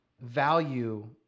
value